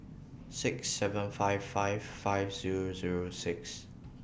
six seven five five five Zero Zero six